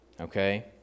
okay